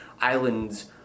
islands